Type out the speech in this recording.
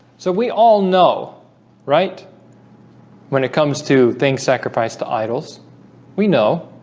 so we all know right when it comes to things sacrificed to idols we know